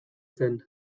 zen